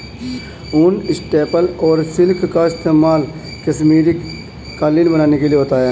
ऊन, स्टेपल और सिल्क का इस्तेमाल कश्मीरी कालीन बनाने के लिए होता है